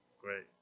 great